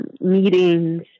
meetings